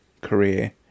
career